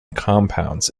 compounds